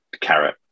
carrot